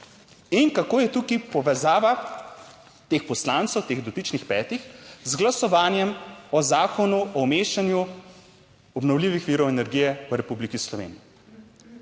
In kako je tukaj povezava teh poslancev, teh dotičnih petih z glasovanjem o Zakonu o umeščanju obnovljivih virov energije v Republiki Sloveniji.